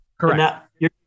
correct